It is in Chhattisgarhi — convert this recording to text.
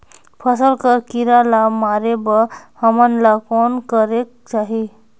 फसल कर कीरा ला मारे बर हमन ला कौन करेके चाही?